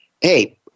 hey